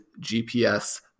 GPS